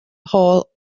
hall